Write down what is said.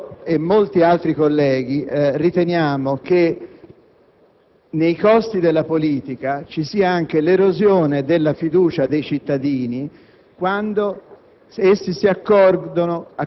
Ora, io e molti altri colleghi riteniamo che nei costi della politica ci sia anche l'erosione della fiducia dei cittadini quando